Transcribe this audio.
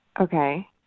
Okay